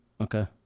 Okay